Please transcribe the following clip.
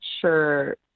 sure